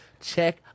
check